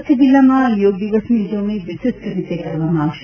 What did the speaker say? કચ્છ જિલ્લામાં યોગ દિવસની ઉજવણી વિશિષ્ઠ રીતે કરવામાં આવશે